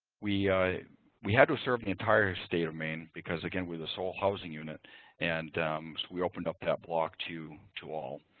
we we had to serve the entire state of maine, because again, we're the sole housing unit and we opened up that block to to all.